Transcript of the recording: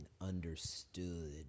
understood